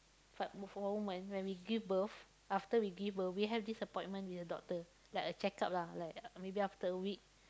fa~ for women when we give birth after we give birth we have this appointment with the doctor like a check-up lah like maybe after a week